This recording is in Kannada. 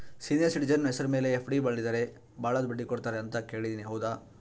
ಸೇನಿಯರ್ ಸಿಟಿಜನ್ ಹೆಸರ ಮೇಲೆ ಎಫ್.ಡಿ ಮಾಡಿದರೆ ಬಹಳ ಬಡ್ಡಿ ಕೊಡ್ತಾರೆ ಅಂತಾ ಕೇಳಿನಿ ಹೌದಾ?